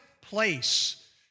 place